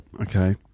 Okay